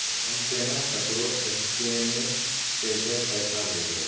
हम केना ककरो स्केने कैके पैसा भेजब?